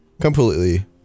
completely